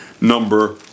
number